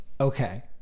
Okay